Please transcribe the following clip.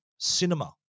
cinema